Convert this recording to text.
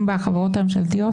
בחברות הממשלתיות?